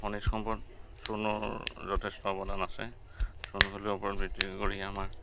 খনিজ সম্পদ চূণৰ যথেষ্ট অৱদান আছে চূণ শিলৰ ওপৰত ভিত্তি কৰিয়ে আমাৰ